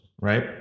right